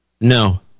No